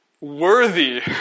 worthy